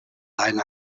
leine